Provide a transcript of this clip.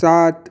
सात